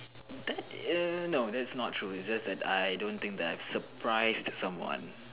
that err no that's not true it's just that I don't think that I've surprised someone